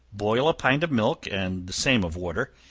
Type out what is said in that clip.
boil a pint of milk, and the same of water,